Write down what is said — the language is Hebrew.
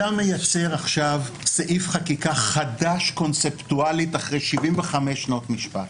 אתה מייצר עכשיו סעיף חקיקה חדש קונספטואלית אחרי 75 שנות משפט.